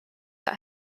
that